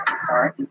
Sorry